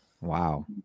Wow